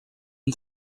and